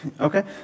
Okay